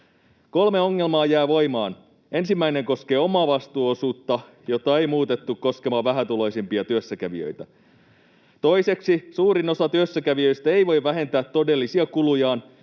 Kolme ongelmaa jää voimaan: Ensimmäinen koskee omavastuuosuutta, jota ei muutettu koskemaan vähätuloisimpia työssäkävijöitä. Toiseksi, suurin osa työssäkävijöistä ei voi vähentää todellisia kulujaan